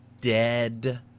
dead